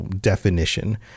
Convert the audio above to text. Definition